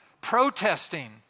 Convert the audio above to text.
Protesting